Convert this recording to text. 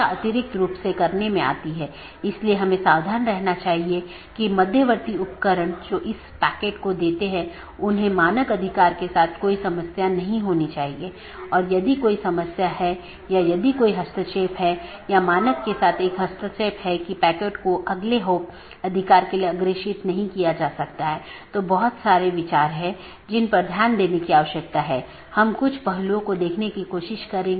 अब हम TCP IP model पर अन्य परतों को देखेंगे